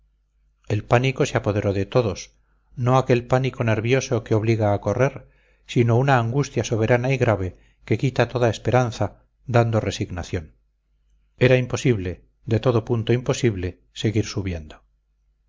el pánico se apoderó de todos no aquel pánico nervioso que obliga a correr sino una angustia soberana y grave que quita toda esperanza dando resignación era imposible de todo punto imposible seguir subiendo